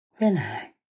Relax